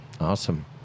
awesome